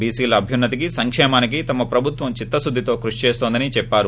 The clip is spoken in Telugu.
చీసీల అభ్యున్సతికి సంకేమానికి తమ ప్రభుత్వం చిత్తకుద్దితో కృషి చేస్తోందని చెప్పారు